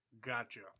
Gotcha